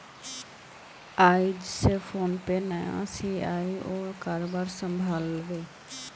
आइज स फोनपेर नया सी.ई.ओ कारभार संभला बे